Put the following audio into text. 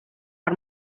per